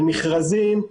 על מכרזים,